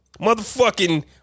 Motherfucking